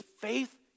faith